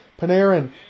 Panarin